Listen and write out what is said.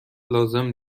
لازم